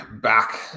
back